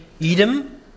Edom